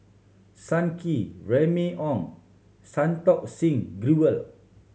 Sun Kee Remy Ong Santokh Singh Grewal